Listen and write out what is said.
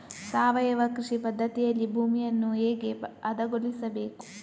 ಸಾವಯವ ಕೃಷಿ ಪದ್ಧತಿಯಲ್ಲಿ ಭೂಮಿಯನ್ನು ಹೇಗೆ ಹದಗೊಳಿಸಬೇಕು?